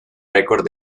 récord